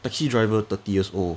taxi driver thirty years old